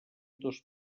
dos